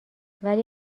ولی